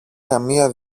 καμία